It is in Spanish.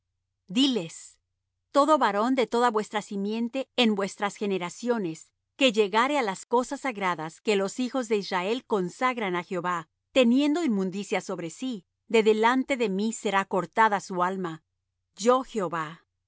diles todo varón de toda vuestra simiente en vuestras generaciones que llegare á las cosas sagradas que los hijos de israel consagran á jehová teniendo inmundicia sobre sí de delante de mí será cortada su alma yo jehová